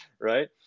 Right